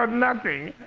um nothing?